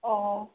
ꯑꯣ